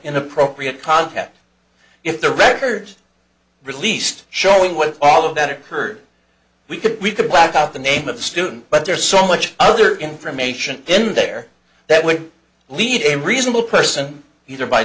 inappropriate contact if the records released showing what all of that occurred we could we could black out the name of the student but there's so much other information in there that would lead a reasonable person either by